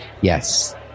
Yes